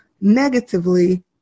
negatively